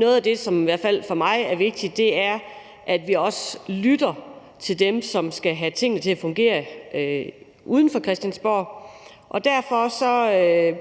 noget af det, som i hvert fald for mig er vigtigt, er, at vi også lytter til dem, som skal have tingene til at fungere uden for Christiansborg. Derfor